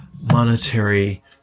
monetary